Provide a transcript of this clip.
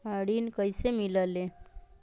ऋण कईसे मिलल ले?